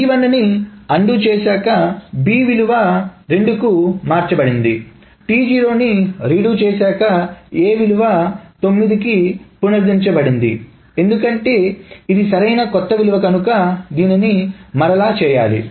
T1 ని undo చేశాక B విలువ 2 కి పునరుద్ధరించబడిందిT0 ని రీడు చేశాక A విలువ 9 కి పునరుద్ధరించబడిందిఎందుకంటే ఇది సరైన కొత్త విలువ కనుక దీనిని మరల చేయాలి